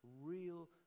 real